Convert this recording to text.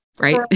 right